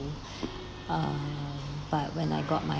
um but when I got my